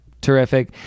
Terrific